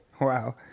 Wow